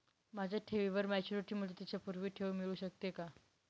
माझ्या ठेवीवर मॅच्युरिटी मुदतीच्या पूर्वी ठेव मिळू शकते का?